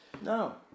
No